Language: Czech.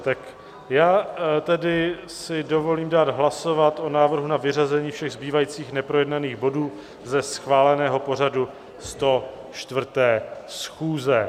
Tak já tedy si dovolím dát hlasovat o návrhu na vyřazení všech zbývajících neprojednaných bodů ze schváleného pořadu 104. schůze.